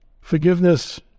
Forgiveness